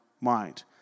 mind